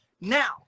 Now